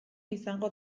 izango